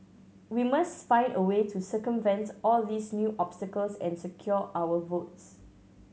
we must find a way to circumvent all these new obstacles and secure our votes